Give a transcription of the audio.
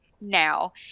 Now